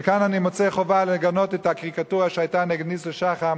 וכאן אני מוצא חובה לגנות את הקריקטורה שהיתה נגד ניסו שחם.